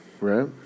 right